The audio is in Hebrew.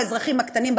האזרחים הקטנים,